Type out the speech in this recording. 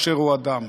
באשר הוא אדם.